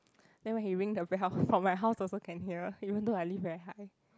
then when he ring the bell from my house also can hear even though I live very high